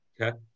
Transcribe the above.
Okay